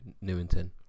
Newington